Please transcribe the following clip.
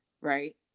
right